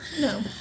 No